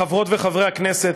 תודה, חברות וחברי הכנסת,